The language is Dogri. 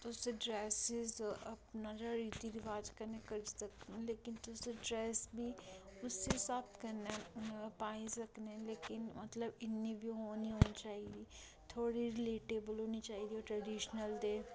तुस ड्रैसिस मतलब अपने जेह्ड़ा रीति रिवाज कन्नै करी सकदे लेकिन तुस ड्रैस बी उस्सै स्हाब कन्नै पाई सकनें लेकिन मतलब इ'न्नी बी ओह नी होनी चाहिदी थोह्ड़ी रिलेटबल होनी चाहिदी ओह् टर्डीशनल दे